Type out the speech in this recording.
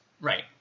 Right